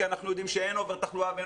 כי אנחנו יודעים שאין אובר תחלואה.